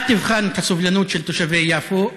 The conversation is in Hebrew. אל תבחן את הסובלנות של תושבי יפו.